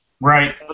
right